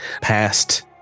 past